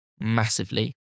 massively